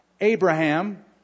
Abraham